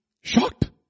Shocked